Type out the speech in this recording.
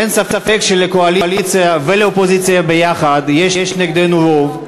אין ספק שלקואליציה ולאופוזיציה ביחד יש נגדנו רוב,